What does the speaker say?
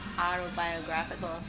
autobiographical